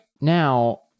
now